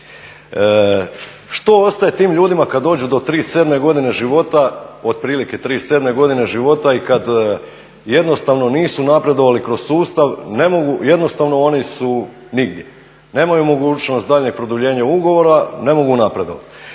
Što ostaje tim ljudima kad dođu do 37. godine života, otprilike 37. godine života i kad jednostavno nisu napredovali kroz sustav, ne mogu jednostavno oni su nigdje, nemaju mogućnost daljnjeg produljenja ugovora, ne mogu napredovati.